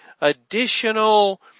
additional